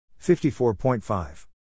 54.5